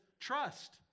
trust